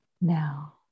now